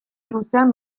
luzean